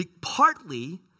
Partly